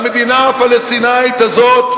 והמדינה הפלסטינית הזאת,